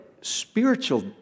spiritual